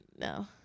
No